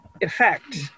effect